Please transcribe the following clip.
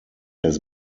his